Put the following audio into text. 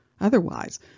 Otherwise